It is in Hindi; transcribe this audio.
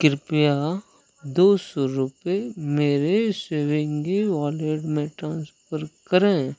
कृपया दो सौ रुपये मेरे स्विंगी वॉलेट में ट्रांसफर करें